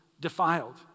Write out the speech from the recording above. defiled